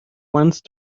once